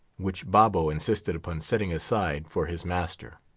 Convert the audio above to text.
which babo insisted upon setting aside for his master.